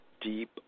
deep